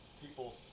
people